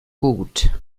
gut